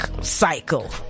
cycle